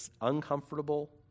uncomfortable